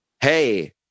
Hey